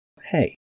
Hey